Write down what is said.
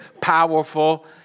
powerful